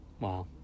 Wow